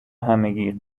همگی